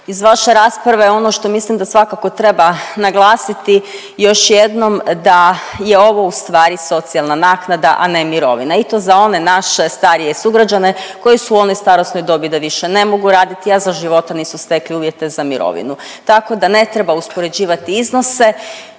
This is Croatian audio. iz vaše rasprave ono što mislim da svakako treba naglasiti još jednom da je ovo u stvari socijalna naknada, a ne mirovina i to za one naše starije sugrađane koji su u onoj starosnoj dobi da više ne mogu raditi, a za život nisu stekli uvjete za mirovinu, tako da ne treba uspoređivati iznose.